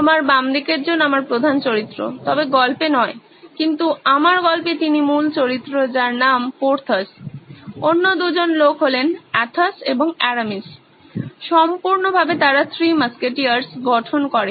তোমার বামদিকের জন আমার প্রধান চরিত্র তবে গল্পে নয় কিন্তু আমার গল্পে তিনি মূল চরিত্র যার নাম পোর্থস অন্য দুজন লোক অ্যাথস এবং অ্যারামিস সম্পূর্ণভাবে তারা থ্রি মাস্কেটিয়ার্স গঠন করে